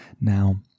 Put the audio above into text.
now